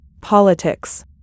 Politics